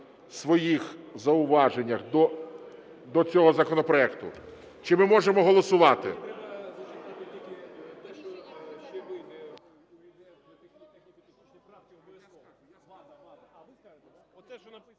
своїх зауваженнях до цього законопроекту? Чи ми можемо голосувати?